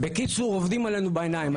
בקיצור, עובדים עלינו בעיניים.